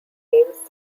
names